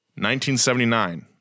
1979